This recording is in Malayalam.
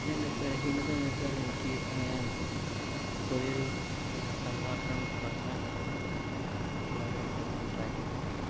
പിന്നെ എന്റെ ബലഹീനത എന്നു വച്ചാൽ എനിക്ക് പുതിയൊരു സംഭാഷണം തുടങ്ങാൻ അറിയില്ല മറ്റുള്ളവരുമായിട്ട് എങ്ങനെ ഇൻട്രാക്ട് ചെയ്യണമെന്നറിയില്ല